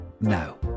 now